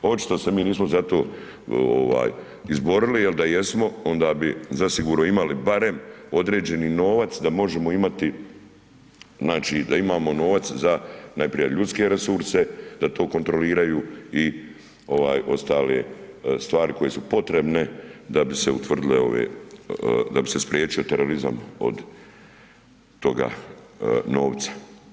Očito se mi nismo za to ovaj izborili, jer da jesmo onda bi zasigurno imali barem određeni novac da možemo imati, znači da imamo novac za najprije ljudske resurse da to kontroliraju i ovaj ostale stvari koje su potrebne da bi se utvrdile ove, da bi spriječio terorizam od toga novca.